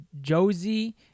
Josie